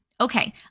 Okay